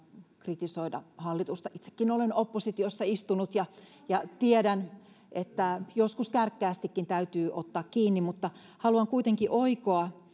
kritisoida hallitusta itsekin olen oppositiossa istunut ja ja tiedän että joskus kärkkäästikin täytyy ottaa kiinni mutta haluan kuitenkin oikoa